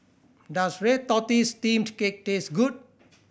does red tortoise steamed cake taste good